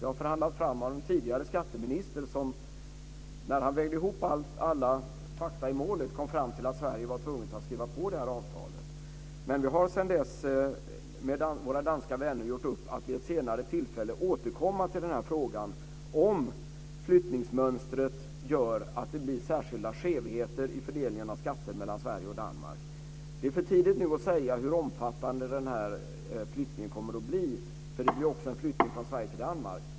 Det har förhandlats fram av en tidigare skatteminister som, när han vägde ihop alla fakta i målet, kom fram till att Sverige var tvunget att skriva på detta avtal. Vi har sedan dess med våra danska vänner gjort upp om att vid ett senare tillfälle återkomma till denna fråga om flyttningsmönstret gör att det blir särskilda skevheter i fördelningen av skatter mellan Sverige och Danmark. Det är för tidigt att säga hur omfattande denna flyttning kommer att bli, för det blir också en flyttning från Sverige till Danmark.